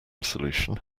solution